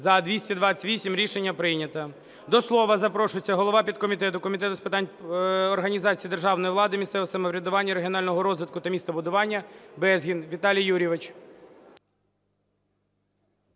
За-228 Рішення прийнято. До слова запрошується голова підкомітету Комітету з питань організації державної влади, місцевого самоврядування, регіонального розвитку та містобудування – Безгін Віталій Юрійович.